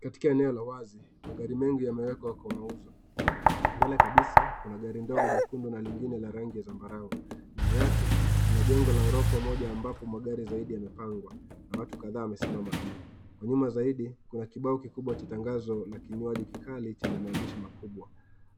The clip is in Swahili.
Katika eneo la wazi, magari mengi yamewekwa kwa mauzo. Mbele kabisa kuna gari ndogo jekundu na lingine la rangi ya zambarau. Nyuma yake kuna jengo la orofa moja ambapo magari zaidi yamepangwa, na watu kadhaa wamesimama juu. Kwa nyuma zaidi, kuna kibao kikubwa cha tangazo la kinywaji kikali chenye maandishi makubwa.